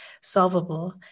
solvable